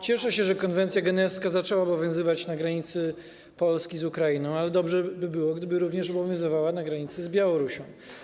Cieszę się, że konwencja genewska zaczęła obowiązywać na granicy Polski z Ukrainą, ale dobrze by było, gdyby również obowiązywała na granicy z Białorusią.